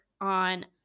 on